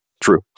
true